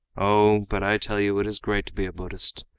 oh, but i tell you it is great to be a buddhist,